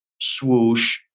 swoosh